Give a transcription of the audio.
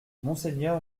monseigneur